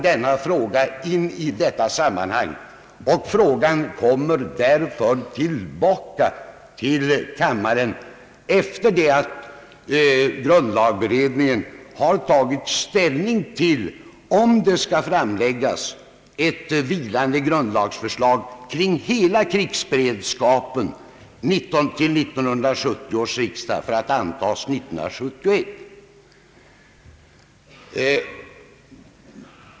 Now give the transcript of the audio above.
Den fråga som tas upp i hans motion kommer tillbaka till kammaren efter det att grundlagberedningen har tagit ställning till om ett vilande grundlagsförslag skall framläggas om riksdagens krigsberedskap till 1970 års riksdag för att sedan eventuellt antas år 1971.